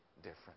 different